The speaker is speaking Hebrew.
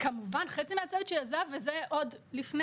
כמובן, חצי מהצוות שלי עזב ואני יודעת